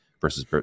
versus